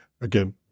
Again